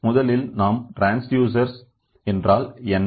முதலில் நாம் ட்ரான்ஸ்டியூசர் என்றால் என்ன